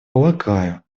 полагаю